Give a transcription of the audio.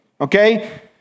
okay